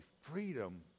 freedom